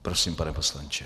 Prosím, pane poslanče.